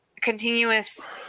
continuous